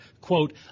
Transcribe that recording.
quote